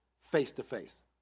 face-to-face